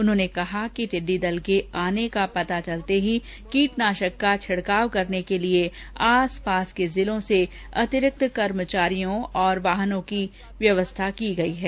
उन्होंने कहा कि टिड्डी दल के आने का पता चलते ही कीटनाशक का छिड़काव करने के लिए आस पास के जिलों से अतिरिक्त कर्मचारियों और वाहनों की व्यवस्था की गई है